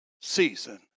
season